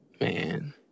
man